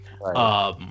Right